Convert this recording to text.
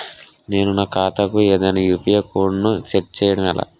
నేను నా ఖాతా కు ఏదైనా యు.పి.ఐ కోడ్ ను సెట్ చేయడం ఎలా?